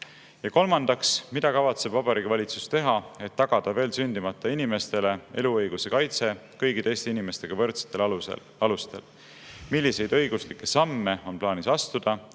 Kolmandaks: "Mida kavatseb Vabariigi Valitsus teha, et tagada veel sündimata inimestele eluõiguse kaitse kõigi teiste inimestega võrdsetel alustel? Milliseid õiguslikke samme on plaanis astuda?